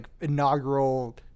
inaugural